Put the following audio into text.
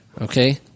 okay